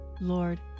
Lord